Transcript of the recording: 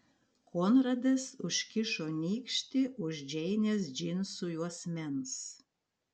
konradas užkišo nykštį už džeinės džinsų juosmens